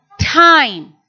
Time